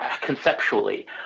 conceptually